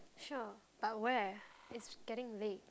sure but where it's getting late